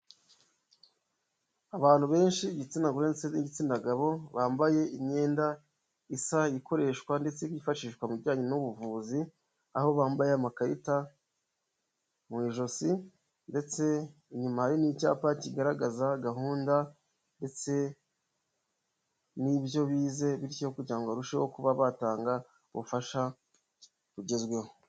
Abantu benshi igitsina gore ndetse n'igitsina gabo, bambaye imyenda isa ikoreshwa ndetse yifashishwa mu bijyanye n'ubuvuzi, aho bambaye amakarita mu ijosi ndetse inyuma hari n'icyapa kigaragaza gahunda ndetse n'ibyo bize bityo kugira ngo barusheho kuba batanga ubufasha bugezweho.